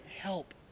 help